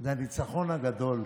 זה הניצחון הגדול.